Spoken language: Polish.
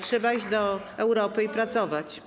Trzeba iść do Europy i pracować.